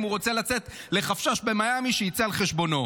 אם הוא רוצה לצאת לחפש"ש במיאמי, שיצא על חשבונו.